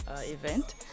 event